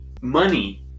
Money